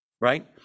right